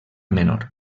menor